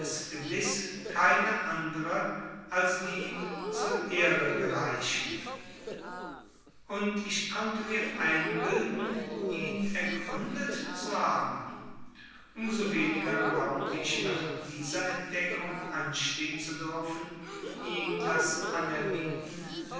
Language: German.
gewiß keine andere als die ihm zur ehre gereichen und ich konnte mir einbilden ihn ergründet zu haben um so weniger glaubte ich nach dieser entdeckung anstehen zu dürfen ihm das anerbieten des